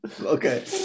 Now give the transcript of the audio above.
Okay